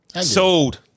Sold